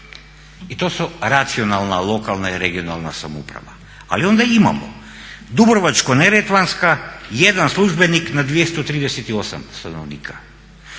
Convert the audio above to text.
I to su racionalna lokalna i regionalna samouprava. Ali onda imamo Dubrovačko-neretvanska, 1 službenik na 238 stanovnika.